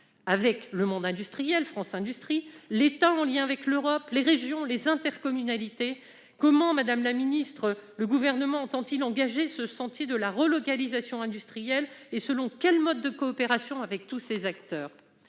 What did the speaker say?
avec le monde industriel, France Industrie, l'État, en lien avec l'Europe, les régions, les intercommunalités. Madame la secrétaire d'État, comment le Gouvernement entend-il engager ce chantier de la relocalisation industrielle et selon quels modes de coopération avec tous ces acteurs ?